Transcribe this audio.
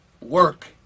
work